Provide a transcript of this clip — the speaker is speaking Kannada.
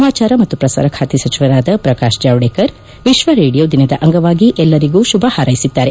ಸಮಾಚಾರ ಮತ್ತು ಪ್ರಸಾರ ಖಾತೆ ಸಚಿವರಾದ ಪ್ರಕಾಶ್ ಜಾವಡೇಕರ್ ವಿಶ್ವ ರೇಡಿಯೋ ದಿನದ ಅಂಗವಾಗಿ ಎಲ್ಲರಿಗೂ ಶುಭ ಹಾರೈಸಿದ್ದಾರೆ